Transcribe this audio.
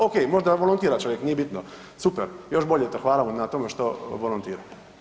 Ok, možda volontira čovjek nije bitno, super još bolje, eto hvala vam na tom što volontira.